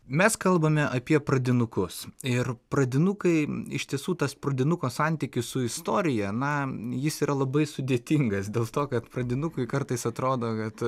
mes kalbame apie pradinukus ir pradinukai iš tiesų tas pradinuko santykis su istorija na jis yra labai sudėtingas dėl to kad pradinukui kartais atrodo kad